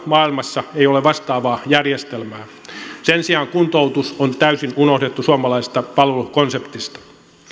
maailmassa ei ole vastaavaa järjestelmää sen sijaan kuntoutus on täysin unohdettu suomalaisesta palvelukonseptista